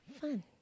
fun